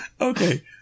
Okay